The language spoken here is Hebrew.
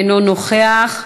אינו נוכח.